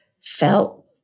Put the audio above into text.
felt